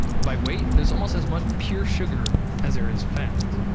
by weight there's almost as much pure sugar as there is fat.